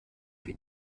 für